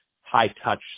high-touch